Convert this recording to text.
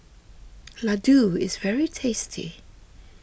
Ladoo is very tasty